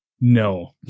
No